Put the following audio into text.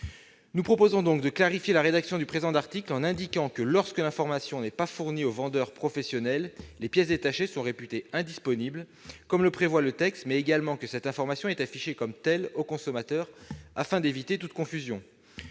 Nous proposons donc de clarifier la rédaction du présent article en indiquant que, lorsque l'information n'est pas fournie au vendeur professionnel, les pièces détachées sont réputées indisponibles, comme le prévoit le texte, et que cette information est affichée comme telle au consommateur afin d'éviter toute confusion.